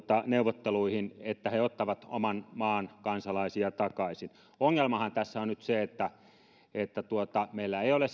neuvotteluihin että he ottavat oman maan kansalaisia takaisin ongelmahan tässä on nyt se että että meillä ei ole